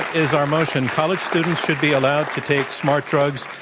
is our motion, college students should be allowed to take smart drugs.